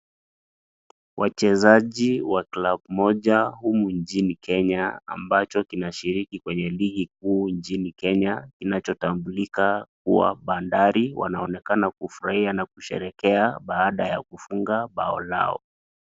Wachezaji wa club moja humu nchini Kenya ambacho kinashiriki kwenye ligi kuu nchini Kenya kinachotambulika kuwa Bandari wanaonekana kufurahia na kusherehekea baada ya kufunga bao lao